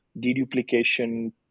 deduplication